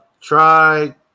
Try